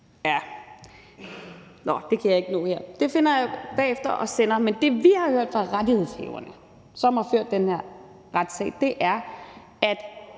– nå, det kan jeg ikke nå her. Det finder jeg bagefter og sender til ordføreren. Men det, vi har hørt fra rettighedshaverne, som har ført den her retssag, er, at